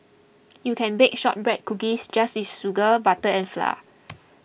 you can bake Shortbread Cookies just with sugar butter and flour